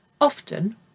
Often